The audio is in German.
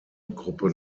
gruppe